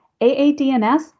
AADNS